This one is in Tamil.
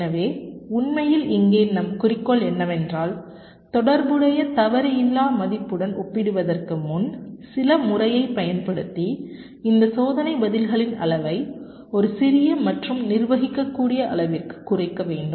எனவே உண்மையில் இங்கே நம் குறிக்கோள் என்னவென்றால் தொடர்புடைய தவறு இல்லா மதிப்புடன் ஒப்பிடுவதற்கு முன் சில முறையைப் பயன்படுத்தி இந்த சோதனை பதில்களின் அளவை ஒரு சிறிய மற்றும் நிர்வகிக்கக்கூடிய அளவிற்கு குறைக்க வேண்டும்